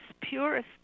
purest